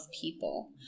people